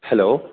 hello